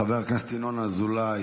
חבר הכנסת ינון אזולאי,